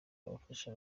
bafasha